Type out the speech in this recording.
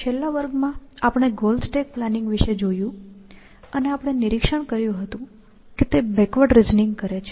છેલ્લા વર્ગમાં આપણે ગોલ સ્ટેક પ્લાનિંગ વિશે જોયું અને આપણે નિરીક્ષણ કર્યું હતું કે તે બેકવર્ડ રિઝનિંગ કરે છે